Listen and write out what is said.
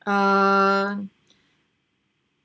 ah